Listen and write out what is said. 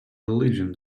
religion